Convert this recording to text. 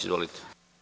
Izvolite.